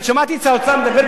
אני שמעתי בדיוק,